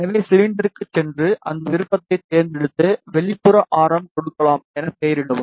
எனவே சிலிண்டருக்குச் சென்று அந்த விருப்பத்தைத் தேர்ந்தெடுத்து வெளிப்புற ஆரம் கொடுக்கலாம் என பெயரிடவும்